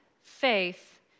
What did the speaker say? Faith